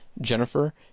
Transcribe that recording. Jennifer